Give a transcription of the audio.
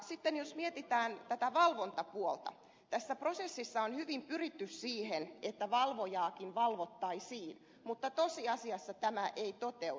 sitten jos mietitään tätä valvontapuolta tässä prosessissa on hyvin pyritty siihen että valvojaakin valvottaisiin mutta tosiasiassa tämä ei toteudu